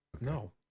No